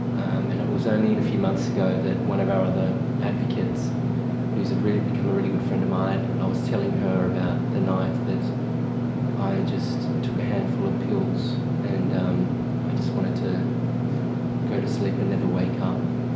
um and it was only a few months ago that one of our other advocates who has become a really good friend of mine, i was telling her about the night that i just took a handful of pills and um i just wanted to go to sleep and never wake up.